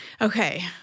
Okay